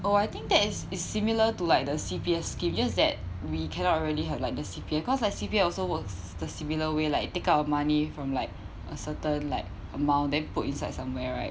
oh I think that is is similar to like the C_P_F scheme just that we cannot really have like the C_P_F because like C_P_F also works the similar way like take out the money from like a certain like amount then put inside somewhere right